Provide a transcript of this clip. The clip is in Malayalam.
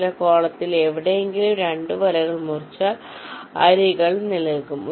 ചില കോളത്തിൽ എവിടെയെങ്കിലും 2 വലകൾ മുറിച്ചാൽ അരികുകൾ നിലനിൽക്കും